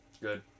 Good